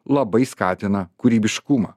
labai skatina kūrybiškumą